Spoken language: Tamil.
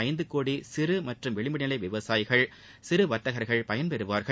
ஐந்து கோடி சிறு மற்றும் விளிம்பு நிலை விவசாயிகள் சிறு வர்த்தகர்கள் பயன்பெறுவார்கள்